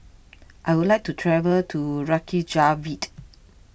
I would like to travel to Reykjavik